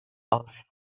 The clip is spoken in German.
aus